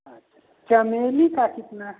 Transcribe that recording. अच्छा चमेली का कितना है